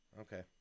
Okay